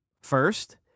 First